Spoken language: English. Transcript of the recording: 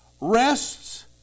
rests